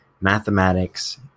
mathematics